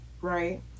right